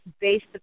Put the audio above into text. based